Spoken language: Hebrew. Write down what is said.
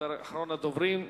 לעבור בעוטף-ירושלים?